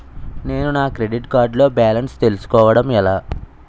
నేను నా credit card లో బాలన్స్ తెలుసుకోవడం ఎలా?